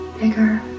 bigger